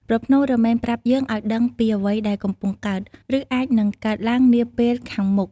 ប្រផ្នូលរមែងប្រាប់យើងឲ្យដឹងពីអ្វីដែលកំពុងកើត ឬអាចនឹងកើតឡើងនាពេលខាងមុខ។